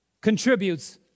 contributes